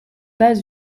pas